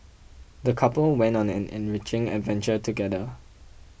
the couple went on an enriching adventure together